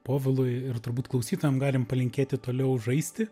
povilui ir turbūt klausytojam galime palinkėti toliau žaisti